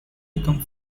become